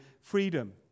freedom